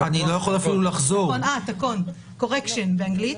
אני לא יכול אפילו לחזור --- תקון Correction באנגלית.